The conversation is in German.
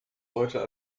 heute